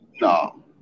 No